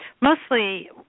mostly